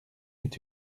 est